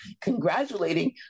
congratulating